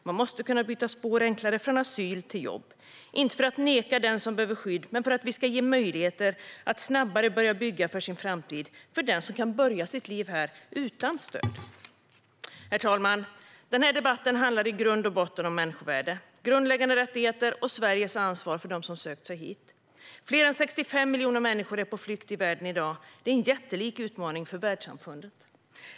Man måste kunna byta spår enklare från asyl till jobb - inte för neka den som behöver skydd, men för att vi ska ge människor möjligheter att börja bygga för sin framtid om de kan börja sitt liv här utan stöd. Herr talman! Den här debatten handlar i grund och botten om människovärde, grundläggande rättigheter och Sveriges ansvar för dem som sökt sig hit. Fler än 65 miljoner människor är på flykt i världen i dag. Det är en jättelik utmaning för världssamfundet.